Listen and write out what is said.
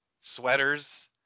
sweaters